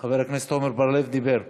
חבר הכנסת עמר בר-לב דיבר.